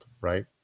right